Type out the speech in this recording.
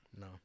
No